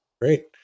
Great